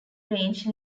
range